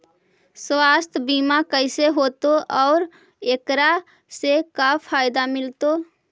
सवासथ बिमा कैसे होतै, और एकरा से का फायदा मिलतै?